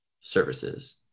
services